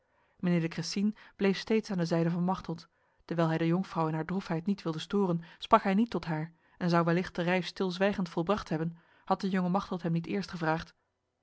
mijnheer de cressines bleef steeds aan de zijde van machteld dewijl hij de jonkvrouw in haar droefheid niet wilde storen sprak hij niet tot haar en zou wellicht de reis stilzwijgend volbracht hebben had de jonge machteld hem niet eerst gevraagd